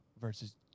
versus